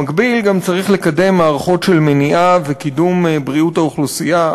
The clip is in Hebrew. במקביל צריך גם לקדם מערכות של מניעה וקידום בריאות האוכלוסייה,